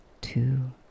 two